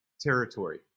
territory